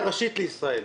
הרבנות הראשית לישראל.